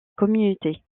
communauté